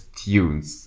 tunes